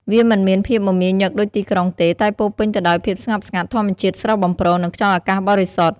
វាមិនមានភាពមមាញឹកដូចទីក្រុងទេ តែពោរពេញទៅដោយភាពស្ងប់ស្ងាត់ ធម្មជាតិស្រស់បំព្រង និងខ្យល់អាកាសបរិសុទ្ធ។